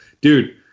dude